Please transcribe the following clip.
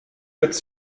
jetzt